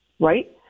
right